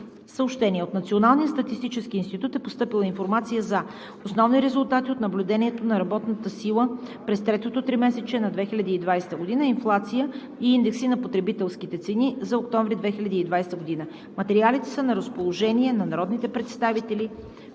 отбрана. От Националния статистически институт е постъпила информация за: Основни резултати от наблюдението на работната сила през третото тримесечие на 2020 г.; Инфлация и индекси на потребителските цени за октомври 2020 г. Материалите са на разположение на народните представители